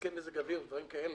לנזקי מזג אוויר ודברים כאלה,